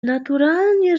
naturalnie